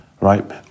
right